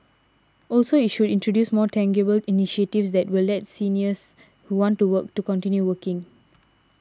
also it should introduce more tangible initiatives that will let seniors who want to work to continue working